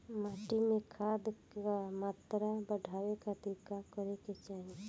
माटी में खाद क मात्रा बढ़ावे खातिर का करे के चाहीं?